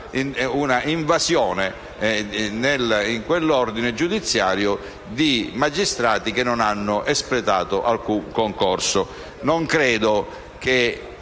un'invasione in quell'ordine giudiziario di magistrati che non hanno espletato alcun concorso.